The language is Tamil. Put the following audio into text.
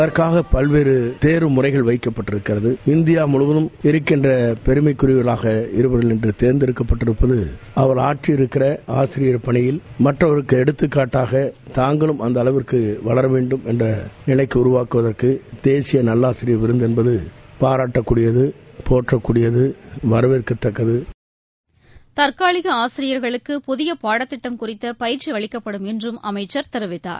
அதற்காக பல்வேறு தேர்வு முறைகள் வைக்கப்பட்டு இருக்கிறது இந்தியா முழுவதம் இருக்கின்ற பெருமைக்குரியவர்களாக இருவர் இன்று தேர்ந்தெடுக்கப்பட்டிருப்பது அவர்கள் ஆற்றியிருக்கிற ஆசிரியர் பணி மற்றவர்களுக்கு எடுத்துக்கட்டாக தாங்களும் அந்த அளவுக்கு வளர வேண்டும் என்ற நிலைக்கு உருவாக்குவதற்கு தேசிய நல்லாசிரியர் விருது என்பது பாராட்டுதலக்குரியது போற்றலுக்குரியது வாவேற்கத்தக்கது தற்காலிக ஆசிரியர்களுக்கு புதிய பாடத்திட்டம் குறித்த பயிற்சி அளிக்கப்படும் என்றும் அமைச்சர் தெரிவித்தார்